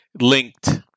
linked